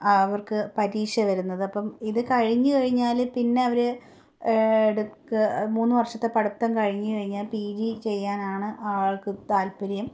അവർക്ക് പരീക്ഷ വരുന്നത് അപ്പം ഇതു കഴിഞ്ഞു കഴിഞ്ഞാൽ പിന്നെ അവർ എടുക്ക് മൂന്നു വർഷത്തെ പഠിത്തം കഴിഞ്ഞു കഴിഞ്ഞാൽ പി ജി ചെയ്യാനാണ് ആൾക്ക് താല്പര്യം